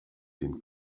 den